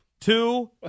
Two